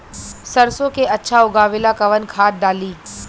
सरसो के अच्छा उगावेला कवन खाद्य डाली?